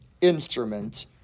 instrument